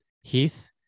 Heath